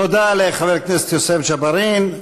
תודה לחבר הכנסת יוסף ג'בארין.